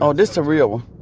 um this the real